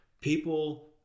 people